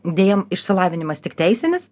deja išsilavinimas tik teisinis